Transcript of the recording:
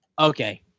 Okay